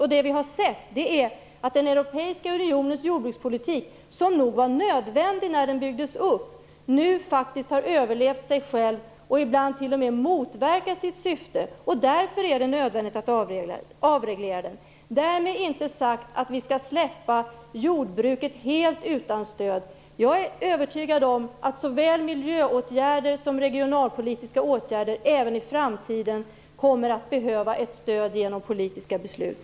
Vad vi har sett är att den europeiska unionens jordbrukspolitik, som nog var nödvändig när den byggdes upp, nu faktiskt har överlevt sig själv och ibland t.o.m. motverkat sitt syfte. Därför är det nödvändigt att avreglera den. Därmed inte sagt att vi skall släppa jordbruket helt utan stöd. Jag är övertygad om att såväl miljöåtgärder som regionalpolitiska åtgärder även i framtiden kommer att behöva ett stöd genom politiska beslut.